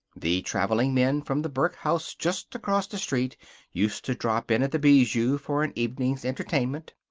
the traveling men from the burke house just across the street used to drop in at the bijou for an evening's entertainment.